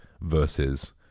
versus